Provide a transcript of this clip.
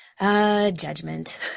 Judgment